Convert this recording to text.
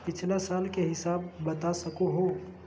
पिछला साल के हिसाब बता सको हो?